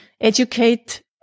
educate